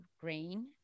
grain